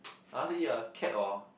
I also eat a cat or